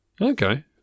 Okay